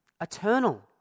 eternal